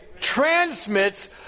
transmits